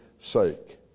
sake